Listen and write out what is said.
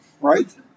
right